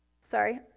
Sorry